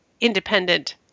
independent